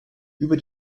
über